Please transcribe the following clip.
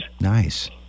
Nice